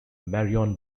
marion